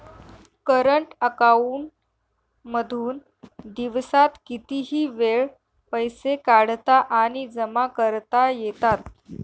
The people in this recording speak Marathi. करंट अकांऊन मधून दिवसात कितीही वेळ पैसे काढता आणि जमा करता येतात